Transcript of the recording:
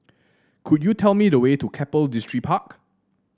could you tell me the way to Keppel Distripark